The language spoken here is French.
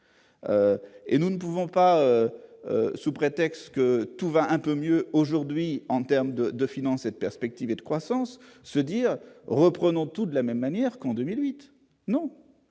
Et nous ne pouvons pas sous prétexte que tout va un peu mieux aujourd'hui en terme de de financer cette perspective de croissance, se dire reprenons tout de la même manière qu'en 2008 non,